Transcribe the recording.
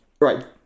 Right